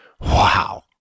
Wow